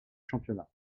championnat